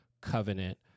covenant